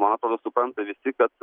man atrodo supranta visi kad